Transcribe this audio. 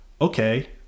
Okay